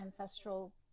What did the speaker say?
ancestral